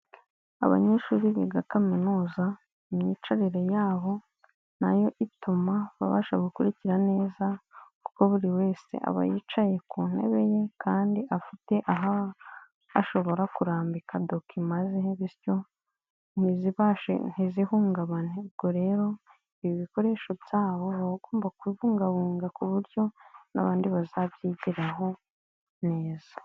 Abanyeshuri biga kaminuza, imyicarire yabo nayo ituma babasha gukurikira neza, kuko buri wese aba yicaye ku ntebe ye kandi afite aho ashobora kurambika dokima ze, bityo ntizihungabane. Ubwo rero ibikoresho byabo baba bagomba kubibungabugwa ku buryo n'abandi bazabyigiraho neza.